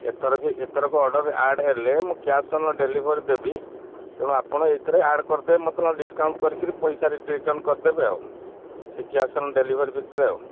ଏଥରକି ଏଥରକ order add ହେଲେ ମୁଁ କ୍ୟାସ୍ ଅନ୍ ଡେଲିଭରି ଦେବି ତେଣୁ ଆପଣ ଏଇଥିରେ ଆଡ଼ କରିଦେବେ ମୋତେ ନହେଲେ ଡିସକାଉଣ୍ଟ କରିକିରି ପଇସା ରିଟର୍ଣ୍ଣ କରିଦେବେ ଆଉ ସେ କ୍ୟାସ୍ ଅନ୍ ଡେଲିଭରି ଭିତରେ ଆଉ